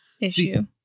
issue